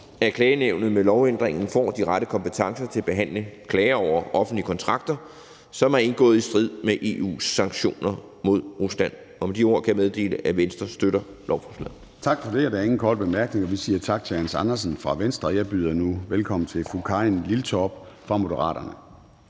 at klagenævnet med lovændringen får de rette kompetencer til behandling af klager over offentlige kontrakter, som er indgået i strid med EU's sanktioner mod Rusland. Med de ord kan jeg meddele, at Venstre støtter lovforslaget. Kl. 11:13 Formanden (Søren Gade): Tak for det. Der er ingen korte bemærkninger. Vi siger tak til hr. Hans Andersen fra Venstre. Jeg byder nu velkommen til fru Karin Liltorp fra Moderaterne.